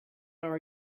are